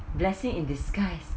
blessing in disguise